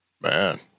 Man